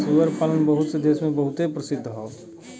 सूअर पालन बहुत से देस मे बहुते प्रसिद्ध हौ